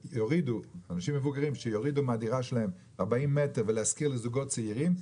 שאנשים מבוגרים יורידו מן הדירה שלהם 40 מטר וישכירו לזוגות צעירים,